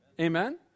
Amen